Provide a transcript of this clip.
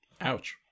Ouch